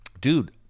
Dude